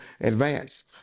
advance